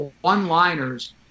one-liners